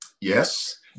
Yes